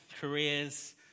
careers